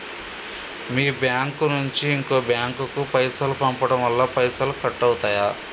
మీ bank నుంచి ఇంకో bank కు పైసలు పంపడం వల్ల పైసలు కట్ అవుతయా?